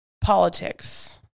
politics